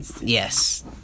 yes